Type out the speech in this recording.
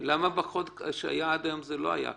למה בחוק שהיה עד היום זה לא היה ככה?